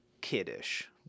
kiddish